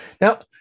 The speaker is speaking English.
Now